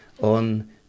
on